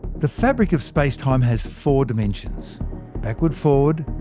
the fabric of space-time has four dimensions backward-forward,